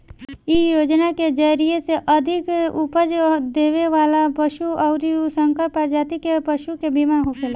इ योजना के जरिया से अधिका उपज देवे वाला पशु अउरी संकर प्रजाति के पशु के बीमा होखेला